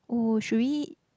oh should we